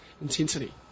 intensity